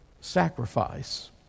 sacrifice